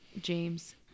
james